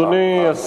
אדוני השר,